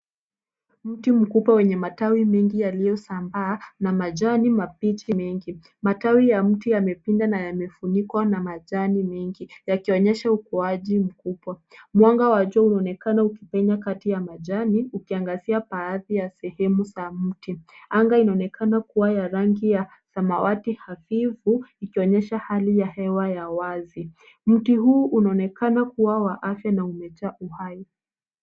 Mti mkubwa wenye matawi mengi yaliyosambaa na majani mapya mengi. Matawi ya mti yamepinda na yamefunikwa na majani mengi, yakionyesha ukuaji mkubwa. Mwanga wa jua unaonekana ukipenya kati ya majani, ukiangazia baadhi ya sehemu za mti. Anga inaonekana kuwa ya rangi ya samawati hafifu, ikionyesha hali ya hewa ya wazi. Mti huu unaonekana kuwa wa asili na umejaa uhai.